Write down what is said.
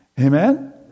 Amen